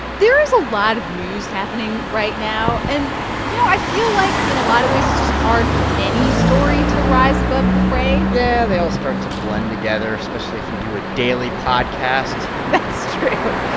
there is a lot of news happening right now. and you know, i feel like, in a lot of ways, it's just hard for any story to rise above the fray yeah. they all start to blend together, especially if you do a daily podcast that's true.